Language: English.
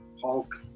Hulk